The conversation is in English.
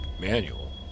Manual